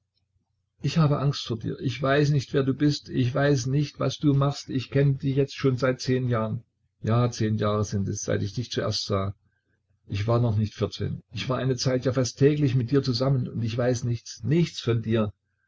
ich habe angst vor dir ich weiß nicht wer du bist ich weiß nicht was du machst ich kenne dich jetzt schon seit zehn jahren ja zehn jahre sind es seit ich dich zuerst sah ich war noch nicht vierzehn ich war eine zeit ja fast täglich mit dir zusammen und ich weiß nichts nichts von dir